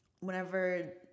whenever